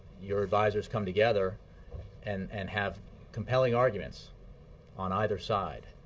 your advisors come together and and have compelling arguments on either side,